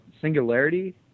Singularity